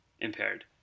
impaired